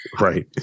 Right